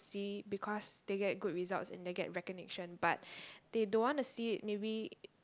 see because they get good results and they get recognition but they don't want to see it maybe